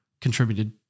contributed